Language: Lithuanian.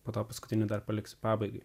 po to paskutinių dar paliks pabaigai